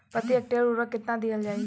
प्रति हेक्टेयर उर्वरक केतना दिहल जाई?